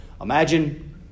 imagine